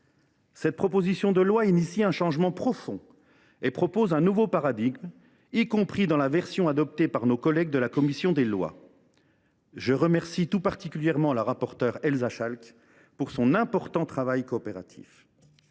Cette proposition de loi amorce un changement profond et propose un nouveau paradigme, y compris dans la version adoptée par les membres de la commission des lois. Je remercie tout particulièrement la rapporteure Elsa Schalck de son important travail et